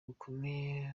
gukomeye